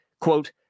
quote